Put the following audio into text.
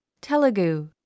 Telugu